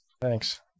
thanks